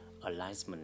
Alignment